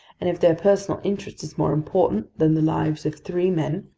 and if their personal interest is more important than the lives of three men,